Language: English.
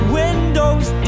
windows